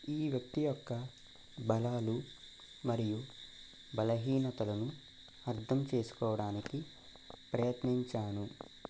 ఈ వ్యక్తి యొక్క బలాలు మరియు బలహీనతలను అర్థం చేసుకోవడానికి ప్రయత్నించాను